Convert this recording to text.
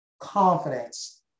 Confidence